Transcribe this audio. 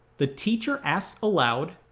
the teacher asks aloud,